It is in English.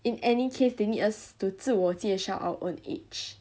in any case they need us to 自我介绍 our own age